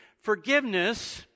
Forgiveness